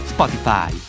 Spotify